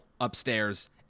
upstairs